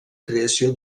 creació